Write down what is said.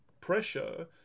pressure